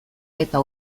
eta